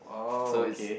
oh okay